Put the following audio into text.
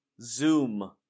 Zoom